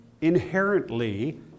inherently